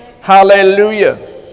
hallelujah